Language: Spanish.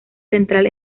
central